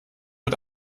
mit